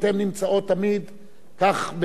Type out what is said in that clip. אתן נמצאות תמיד כך,